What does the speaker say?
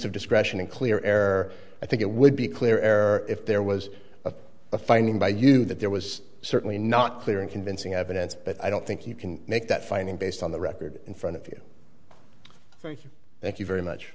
discretion in clear air i think it would be clear error if there was a finding by you that there was certainly not clear and convincing evidence but i don't think you can make that finding based on the record in front of you thank you thank you very much